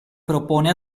propone